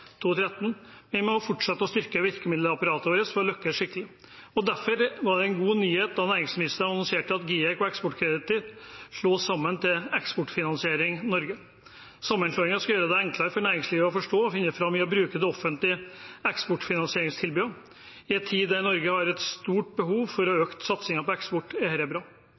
Vi må fortsette å styrke virkemiddelapparatet vårt for å lykkes skikkelig. Derfor var det en god nyhet da næringsministeren annonserte at GIEK og Eksportkreditt ble slått sammen til Eksportfinansiering Norge. Sammenslåingen skal gjøre det enklere for næringslivet å forstå, finne fram i og bruke det offentlige eksportfinansieringstilbudet. I en tid der Norge har et stort behov for å øke satsingen på eksport, er dette bra.